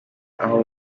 aho